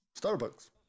starbucks